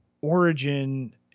origin